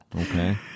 Okay